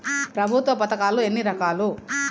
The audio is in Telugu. ప్రభుత్వ పథకాలు ఎన్ని రకాలు?